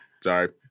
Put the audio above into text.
Sorry